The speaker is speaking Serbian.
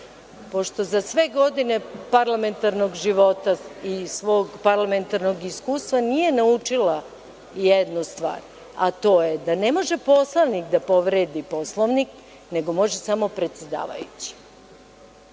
pošto za sve godine parlamentarnog života i svog parlamentarnog iskustva nije naučila jednu stvar, a to je da ne može poslanik da povredi Poslovnik, nego može samo predsedavajući.